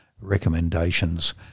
recommendations